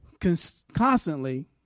constantly